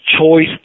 choice